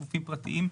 גופים פרטיים.